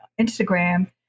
Instagram